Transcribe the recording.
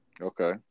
Okay